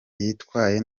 yitwaye